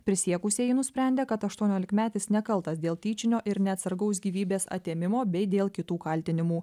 prisiekusieji nusprendė kad aštuoniolikmetis nekaltas dėl tyčinio ir neatsargaus gyvybės atėmimo bei dėl kitų kaltinimų